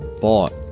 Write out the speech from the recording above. Bought